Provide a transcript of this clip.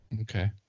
okay